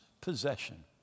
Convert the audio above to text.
possession